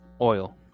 oil